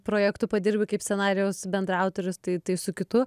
projektu padirbi kaip scenarijaus bendraautoris tai su kitu